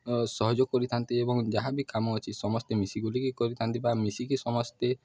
ଓ ସହଯୋଗ କରିଥାନ୍ତି ଏବଂ ଯାହା ବିି କାମ ଅଛି ସମସ୍ତେ ମିଶିଗୁଲିକି କରିଥାନ୍ତି ବା ମିଶିକି ସମସ୍ତେ